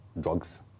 drugs